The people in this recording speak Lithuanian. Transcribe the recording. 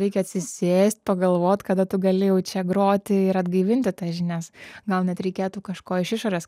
reikia atsisėst pagalvot kada tu gali jau čia groti ir atgaivinti tas žinias gal net reikėtų kažko iš išorės